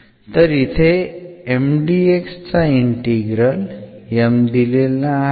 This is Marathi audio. तर इथे Mdx चा इंटिग्रल M दिलेला आहे